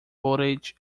voltage